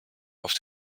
auf